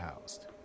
housed